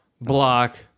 block